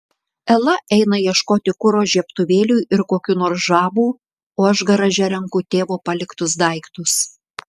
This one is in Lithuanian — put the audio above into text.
ela eina ieškoti kuro žiebtuvėliui ir kokių nors žabų o aš garaže renku tėvo paliktus daiktus